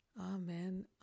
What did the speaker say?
Amen